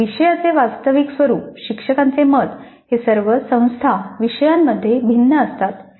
विषयाचे वास्तविक स्वरुप शिक्षकांचे मत हे सर्व संस्था विषयांमध्ये भिन्न असतात